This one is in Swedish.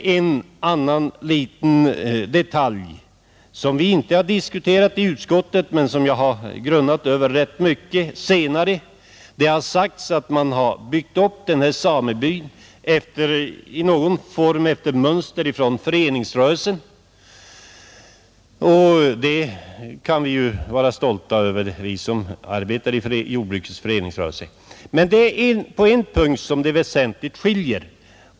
En annan sak som vi inte har diskuterat i utskottet men som jag har funderat ganska mycket över är att samebyn, efter vad det sägs, i någon mån har byggts upp efter mönster av föreningsrörelsen, vilket ju vi som arbetar inom jordbrukets föreningsrörelse kan vara stolta över.